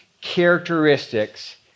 characteristics